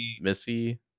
Missy